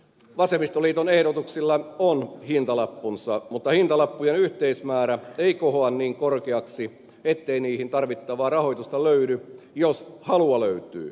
vasemmistoliiton ehdotuksilla on hintalappunsa mutta hintalappujen yhteismäärä ei kohoa niin korkeaksi ettei niihin tarvittavaa rahoitusta löydy jos halua löytyy